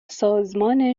سازمان